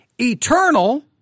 Eternal